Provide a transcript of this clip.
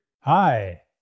Hi